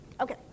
Okay